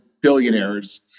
billionaires